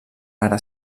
ara